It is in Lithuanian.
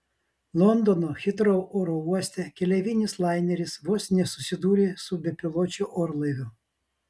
londono hitrou oro uoste keleivinis laineris vos nesusidūrė su bepiločiu orlaiviu